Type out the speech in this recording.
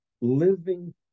living